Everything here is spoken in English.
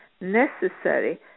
necessary